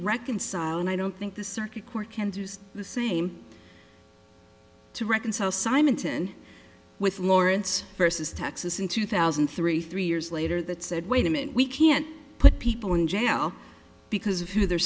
reconcile and i don't think the circuit court can do is the same to reconcile simonton with lawrence versus texas in two thousand and three three years later that said wait a minute we can't put people in jail because of who they're